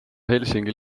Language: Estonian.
helsingi